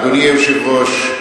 אדוני היושב-ראש,